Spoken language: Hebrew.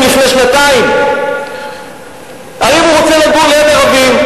לפני שנתיים אם הוא רוצה לגור ליד ערבים.